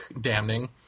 damning